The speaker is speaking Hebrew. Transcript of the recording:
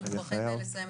אני חייב